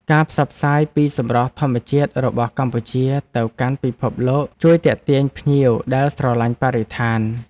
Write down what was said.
ការផ្សព្វផ្សាយពីសម្រស់ធម្មជាតិរបស់កម្ពុជាទៅកាន់ពិភពលោកជួយទាក់ទាញភ្ញៀវដែលស្រឡាញ់បរិស្ថាន។